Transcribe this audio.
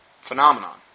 phenomenon